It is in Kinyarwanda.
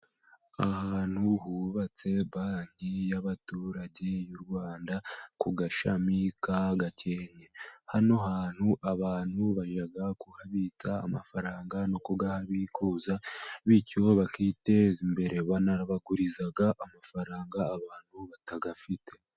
Ahantu hubatse banki y'abaturage y'u Rwanda, ku gashami ka Gakenke, hano hantu abantu bajya kuhabitsa amafaranga, no kuyabikuza, bityo bakiteza imbere banaguriza amafaranga abantu batayafite.